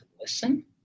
listen